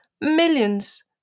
millions